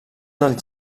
els